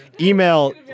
Email